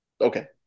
Okay